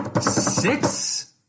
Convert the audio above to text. six